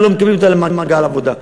ולא מקבלים אותו למעגל העבודה.